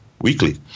weekly